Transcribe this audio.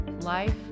life